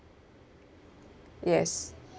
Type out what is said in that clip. yes